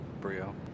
brio